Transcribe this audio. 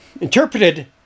interpreted